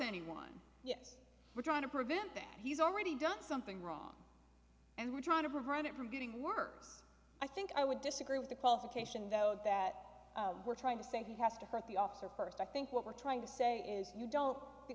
anyone yes we're trying to prevent that he's already done something wrong and we're trying to run it from getting worse i think i would disagree with the qualification though that we're trying to say he has to hurt the officer first i think what we're trying to say is you don't